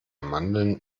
mandeln